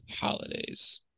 Holidays